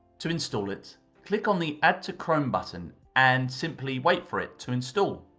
to install it click on the add to chrome button and simply wait for it to install.